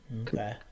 Okay